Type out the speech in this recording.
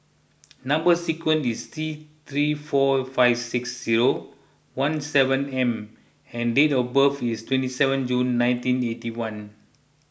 Number Sequence is T three four five six zero one seven M and date of birth is twenty seven June nineteen eighty one